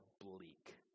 bleak